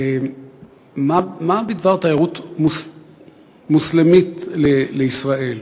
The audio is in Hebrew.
מה בדבר תיירות מוסלמית לישראל?